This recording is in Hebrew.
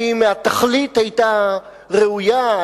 האם התכלית היתה ראויה,